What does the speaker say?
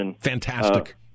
Fantastic